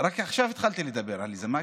רק עכשיו התחלתי לדבר, עליזה.